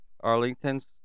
Arlington's